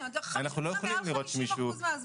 --- אנחנו לא יכולים לראות שהוא רק איתנו.